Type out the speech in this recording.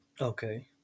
Okay